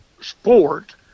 sport